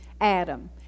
Adam